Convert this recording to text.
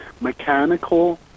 mechanical